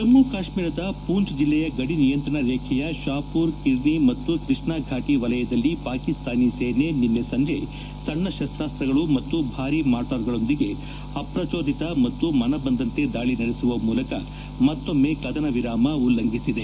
ಜಮ್ಮು ಮತ್ತು ಕಾಶ್ಮೀರದ ಪೂಂಚ್ ಜಿಲ್ಲೆಯ ಗದಿ ನಿಯಂತ್ರಣರೇಖೆಯ ಷಾಪುರ್ ಕಿರ್ನಿ ಮತ್ತು ಕೃಷ್ಣಾ ಫಾಟಿ ವಲಯದಲ್ಲಿ ಪಾಕಿಸ್ತಾನಿ ಸೇನೆ ನಿನ್ನೆ ಸಂಜೆ ಸಣ್ಣ ಶಸ್ತಾಸ್ತ್ರಗಳು ಮತ್ತು ಭಾರೀ ಮಾರ್ಟಾರ್ ಗಳೊಂದಿಗೆ ಅಪ್ರಚೋದಿತ ಮತ್ತು ಮನಬಂದಂತೆ ದಾಳಿ ನಡೆಸುವ ಮೂಲಕ ಮತ್ತೊಮ್ಮೆ ಕದನ ವಿರಾಮ ಉಲ್ಲಂಘಿಸಿದೆ